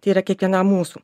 tai yra kiekvienam mūsų